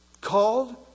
Called